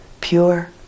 Pure